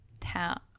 town